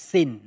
Sin